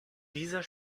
dieser